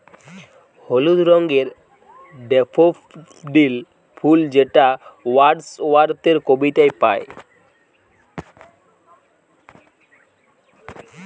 হলুদ রঙের ডেফোডিল ফুল যেটা ওয়ার্ডস ওয়ার্থের কবিতায় পাই